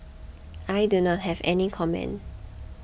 I do not have any comment